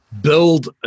build